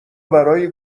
برای